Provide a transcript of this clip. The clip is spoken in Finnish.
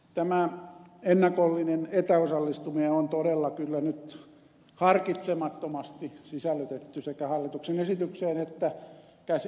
tämä ennakollinen etäosallistuminen on todella kyllä nyt harkitsemattomasti sisällytetty hallituksen esitykseen